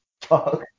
fuck